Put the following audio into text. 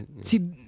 See